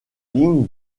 lignes